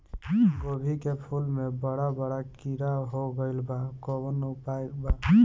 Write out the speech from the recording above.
गोभी के फूल मे बड़ा बड़ा कीड़ा हो गइलबा कवन उपाय बा?